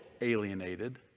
alienated